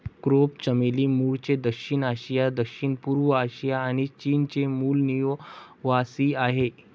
crepe चमेली मूळचे दक्षिण आशिया, दक्षिणपूर्व आशिया आणि चीनचे मूल निवासीआहे